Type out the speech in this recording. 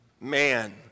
Man